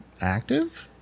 active